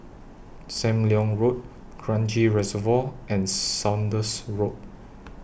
SAM Leong Road Kranji Reservoir and Saunders Road